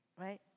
right